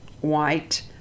white